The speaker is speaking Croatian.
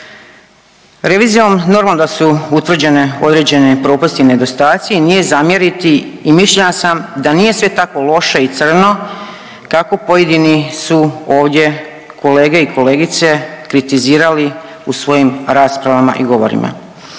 revizijom normalno da su utvrđene određene propusti i nedostaci i nije zamjeriti i mišljenja sam da nije sve tako loše i crno kako pojedini su ovdje kolege i kolegice kritizirali u svojim raspravama i govorima.